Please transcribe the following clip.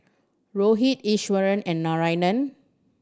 Rohit Iswaran and Narayana